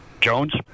Jones